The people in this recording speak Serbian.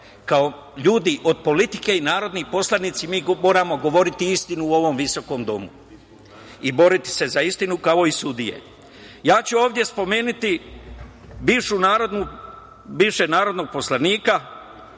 Kao ljudi od politike i narodni poslanici, mi moramo govoriti istinu u ovom visokom domu i boriti sa za istinu, kao i sudije. Ja ću ovde spomenuti bivšeg narodnog poslanika,